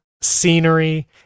scenery